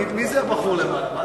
תגיד מי זה הבחור למעלה.